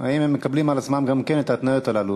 האם הם מקבלים על עצמם גם כן את ההתניות הללו?